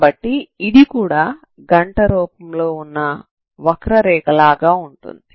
కాబట్టి ఇది కూడా గంట రూపంలో వున్న వక్రరేఖ లాగా ఉంటుంది